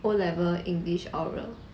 O level english oral